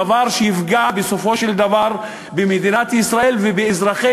דבר שיפגע בסופו של דבר במדינת ישראל ובאזרחי